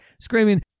screaming